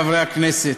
חברי חברי הכנסת,